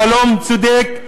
בשלום צודק,